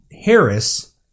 Harris